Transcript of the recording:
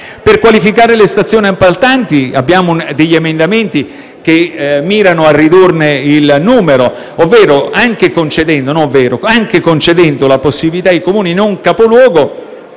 Per qualificare le stazioni appaltanti abbiamo degli emendamenti che mirano a ridurne il numero, anche concedendo la possibilità ai Comuni non capoluogo